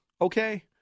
okay